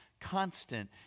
constant